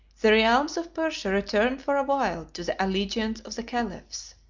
the realms of persia returned for a while to the allegiance of the caliphs.